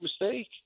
mistake